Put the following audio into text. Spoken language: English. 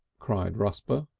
cried rusper.